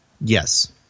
Yes